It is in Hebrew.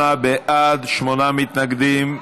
38 בעד, שמונה מתנגדים.